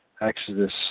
Exodus